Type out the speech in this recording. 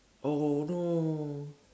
oh no